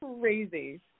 Crazy